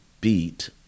beat